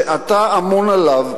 שאתה אמון עליו,